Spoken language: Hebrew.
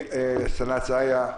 סנ"צ איה,